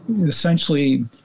Essentially